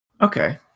Okay